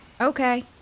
Okay